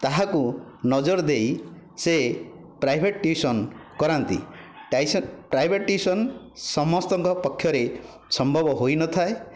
ତାହାକୁ ନଜର ଦେଇ ସେ ପ୍ରାଇଭେଟ ଟିଉସନ କରାନ୍ତି ପ୍ରାଇଭେଟ ଟିଉସନ ସମସ୍ତଙ୍କ ପକ୍ଷରେ ସମ୍ଭବ ହୋଇନଥାଏ